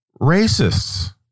racists